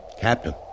Captain